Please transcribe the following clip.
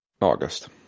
August